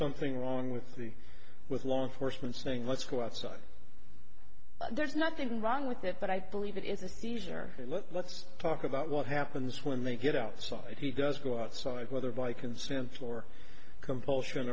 something wrong with the with law enforcement saying let's go outside there's nothing wrong with that but i believe it is a seizure let's talk about what happens when they get outside he does go outside whether by consent floor compulsion